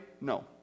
no